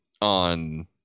on